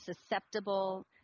susceptible